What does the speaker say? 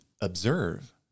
observe